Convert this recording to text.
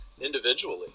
individually